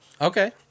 okay